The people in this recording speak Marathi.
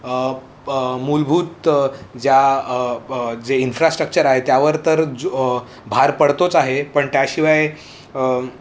मूलभूत ज्या जे इन्फ्रास्टर आहे त्यावर तर जार पडतोच आहे पण त्याशिवाय